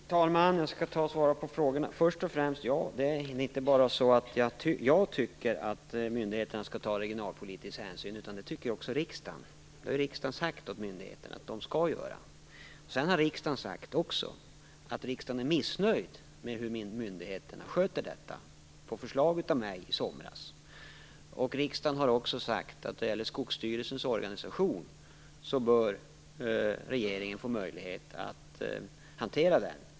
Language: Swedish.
Herr talman! Jag skall svara på frågorna. Först och främst är det inte bara jag som tycker att myndigheterna skall ta regionalpolitisk hänsyn, utan det tycker också riksdagen. Riksdagen har sagt till myndigheterna att de skall göra det. Riksdagen har också sagt att den är missnöjd med hur myndigheterna sköter detta, på förslag av mig i somras. Riksdagen har också sagt att då det gäller Skogsstyrelsens organisation bör regeringen få möjlighet att hantera den.